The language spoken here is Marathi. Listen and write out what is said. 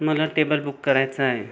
मला टेबल बुक करायचं आहे